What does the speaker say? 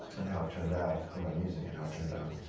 and how it turned out, and my music and how it turned out.